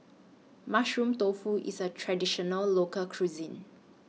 Mushroom Tofu IS A Traditional Local Cuisine